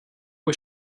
was